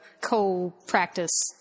co-practice